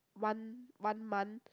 one one month